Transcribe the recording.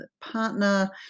partner